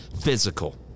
physical